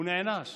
הוא נענש